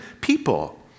people